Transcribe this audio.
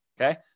Okay